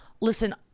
listen